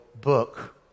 book